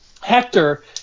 Hector